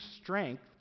strength